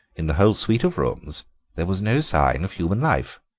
in the whole suite of rooms there was no sign of human life.